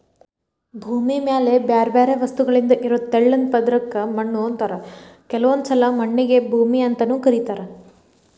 ಭೂಮಿ ಮ್ಯಾಲೆ ಬ್ಯಾರ್ಬ್ಯಾರೇ ವಸ್ತುಗಳಿಂದ ಇರೋ ತೆಳ್ಳನ ಪದರಕ್ಕ ಮಣ್ಣು ಅಂತಾರ ಕೆಲವೊಂದ್ಸಲ ಮಣ್ಣಿಗೆ ಭೂಮಿ ಅಂತಾನೂ ಕರೇತಾರ